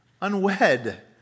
unwed